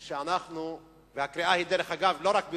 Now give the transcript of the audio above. דרך אגב, הקריאה היא לא רק בירושלים,